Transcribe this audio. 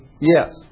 Yes